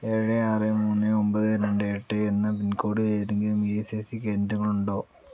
ഏഴ് ആറ് മൂന്ന് ഒൻപത് രണ്ട് എട്ട് എന്ന പിൻകോഡ് ഏതെങ്കിലും ഇ എസ് ഐ സി കേന്ദ്രങ്ങൾ ഉണ്ടോ